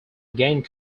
gained